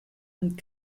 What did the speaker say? und